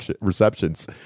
receptions